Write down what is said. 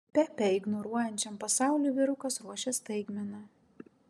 pepę ignoruojančiam pasauliui vyrukas ruošia staigmena